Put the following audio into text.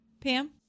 Pam